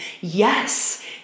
Yes